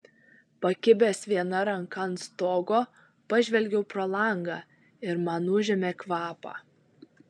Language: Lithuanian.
pakibęs viena ranka ant stogo pažvelgiau pro langą ir man užėmė kvapą